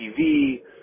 TV